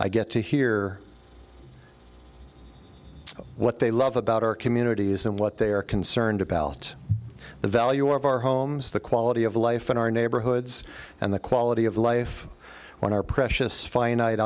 i get to hear what they love about our communities and what they are concerned about the value of our homes the quality of life in our neighborhoods and the quality of life when our precious finite